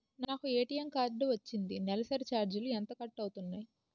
నాకు ATM card వచ్చింది నెలసరి ఛార్జీలు ఎంత కట్ అవ్తున్నాయి?